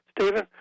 Stephen